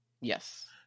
yes